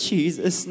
Jesus